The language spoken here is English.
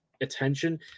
attention